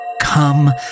Come